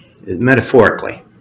metaphorically